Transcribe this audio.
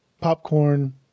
popcorn